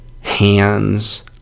hands